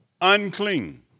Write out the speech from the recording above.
unclean